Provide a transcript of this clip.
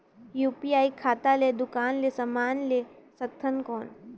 UPI खाता ले दुकान ले समान ले सकथन कौन?